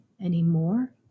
anymore